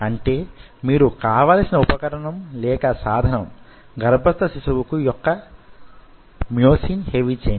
అంటే మీకు కావలసిన ఉపకరణం లేక సాధనం గర్భస్థ శిశువుకు యొక్క మ్యోసివ్ హెవీ ఛైన్